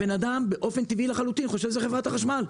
הבן-אדם באופן טבעי לחלוטין חושב שזה חברת החשמל.